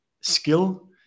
skill